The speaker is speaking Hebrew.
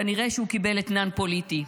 כנראה שהוא קיבל אתנן פוליטי.